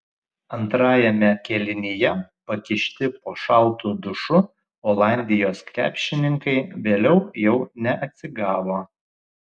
antrajame kėlinyje pakišti po šaltu dušu olandijos krepšininkai vėliau jau neatsigavo